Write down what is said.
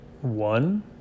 one